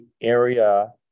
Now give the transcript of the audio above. area